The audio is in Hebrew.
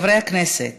חברי הכנסת,